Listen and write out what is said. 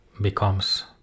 becomes